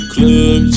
Club